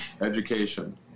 education